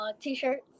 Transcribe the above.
t-shirts